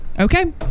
Okay